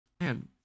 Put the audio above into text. man